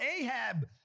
Ahab